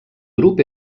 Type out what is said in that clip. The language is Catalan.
grup